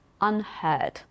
unheard